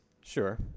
Sure